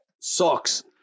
Socks